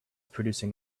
producing